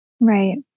Right